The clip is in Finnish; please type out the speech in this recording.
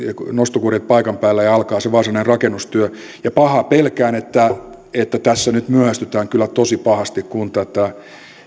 nostokurjet paikan päälle ja alkaa se varsinainen rakennustyö pahaa pelkään että että tässä nyt myöhästytään kyllä tosi pahasti kun tätä